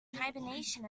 hibernation